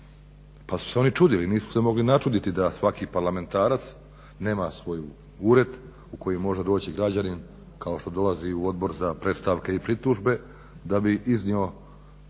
Pa su se oni čudili, nisu se mogli načuditi da svaki parlamentarac nema svoj ured u koji može doći građanin kao što dolazi u Odbor za predstavke i pritužbe da bi iznio